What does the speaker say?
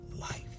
life